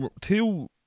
two